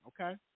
okay